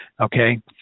okay